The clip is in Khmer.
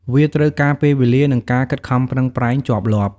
វាត្រូវការពេលវេលា និងការខិតខំប្រឹងប្រែងជាប់លាប់។